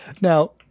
Now